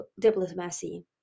diplomacy